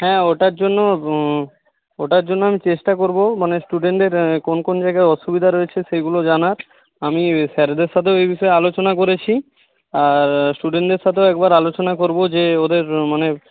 হ্যাঁ ওটার জন্য হুম ওটার জন্য আমি চেষ্টা করবো মানে স্টুডেন্টদের কোন কোন জায়গায় অসুবিধা রয়েছে সেগুলো জানার আমি স্যারেদের সাথেও এ বিষয়ে আলোচনা করেছি স্টুডেন্টদের সাথেও একবার আলোচনা করবো যে ওদের মানে